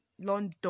London